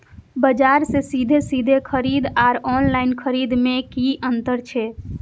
बजार से सीधे सीधे खरीद आर ऑनलाइन खरीद में की अंतर छै?